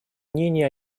мнение